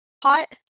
pot